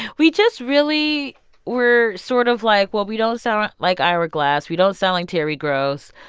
we just really were sort of, like, well we don't sound like ira glass. we don't sound like terry gross.